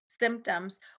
symptoms